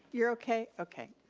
you're okay? okay.